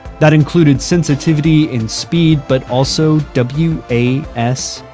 that included sensitivity and speed, but also w, a, s,